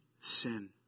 sin